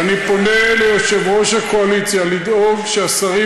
ואני פונה אל יושב-ראש הקואליציה לדאוג שהשרים